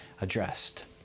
addressed